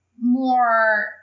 more